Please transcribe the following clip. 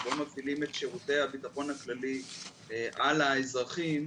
שבו מפעילים את שירותי הביטחון הכללי על האזרחים,